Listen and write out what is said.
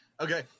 okay